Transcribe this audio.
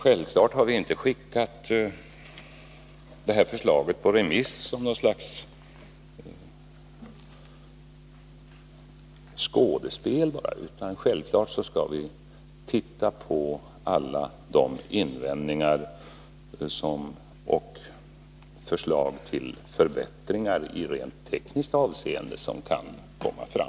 Vi har inte skickat förslaget på remiss bara som något slags skådespel, utan självfallet skall vi se på alla de invändningar och förslag till förbättringar i rent tekniskt avseende som kan komma fram.